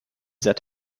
that